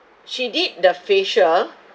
she did the facial